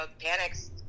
Panic's